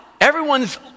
Everyone's